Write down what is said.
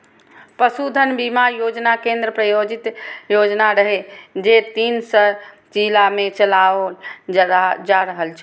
पशुधन बीमा योजना केंद्र प्रायोजित योजना रहै, जे तीन सय जिला मे चलाओल जा रहल छै